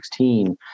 2016